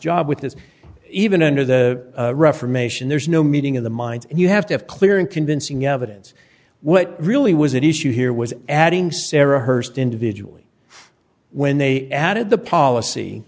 job with this even under the reformation there's no meeting in the minds and you have to have clear and convincing evidence what really was an issue here was adding sarah hirst individually when they added the policy